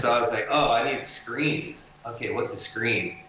so i was like, oh, i need screens. okay, what's a screen?